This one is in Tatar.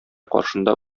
каршында